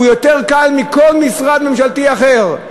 הוא יותר קל מבכל משרד ממשלתי אחר.